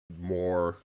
more